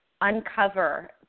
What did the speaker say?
uncover